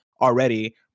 already